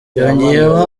yongeyeho